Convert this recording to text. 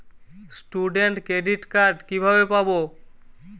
Student credit card কিভাবে পাব?